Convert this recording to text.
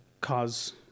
cause